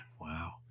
Wow